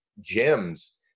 gems